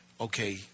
okay